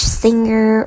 singer